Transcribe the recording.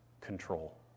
control